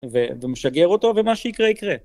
ומשגר אותו ומה שיקרה יקרה